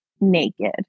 naked